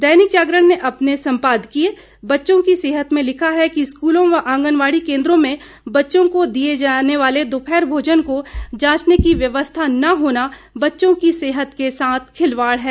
दैनिक जागरण ने अपने संपादकीय बच्चों की सेहत में लिखा है कि स्कूलों व आंगनबाड़ी केंद्रों में बच्चों को दिए जाने वाले दोपहर भोजन को जांचने की व्यवस्था न होना बच्चों की सेहत के साथ खिलवाड़ है